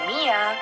Mia